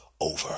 over